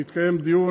ויתקיים דיון.